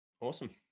Awesome